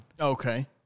Okay